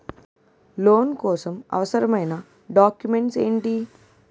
Loan కోసం అవసరమైన documents ఎంటి?